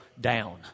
down